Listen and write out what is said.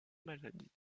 maladie